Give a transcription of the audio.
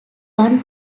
one